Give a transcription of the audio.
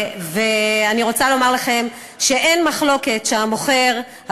אני רוצה לומר לכם שאין מחלוקת שהמוכר,